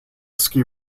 ski